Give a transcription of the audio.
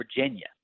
Virginia